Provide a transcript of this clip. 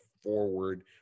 forward